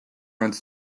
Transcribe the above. runs